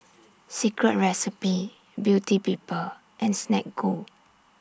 Secret Recipe Beauty People and Snek Ku